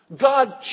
God